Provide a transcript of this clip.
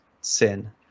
sin